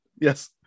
Yes